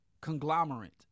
conglomerate